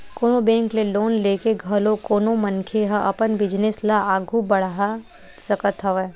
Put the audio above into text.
कोनो बेंक ले लोन लेके घलो कोनो मनखे ह अपन बिजनेस ल आघू बड़हा सकत हवय